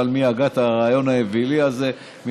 אין לי מושג בכלל מי הגה את הרעיון האווילי הזה מלכתחילה,